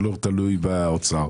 שלא תלוי באוצר,